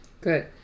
good